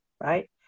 right